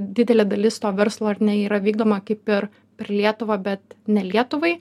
didelė dalis to verslo ar ne yra vykdoma kaip ir per lietuvą bet ne lietuvai